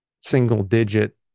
single-digit